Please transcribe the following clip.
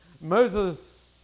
Moses